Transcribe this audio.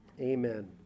Amen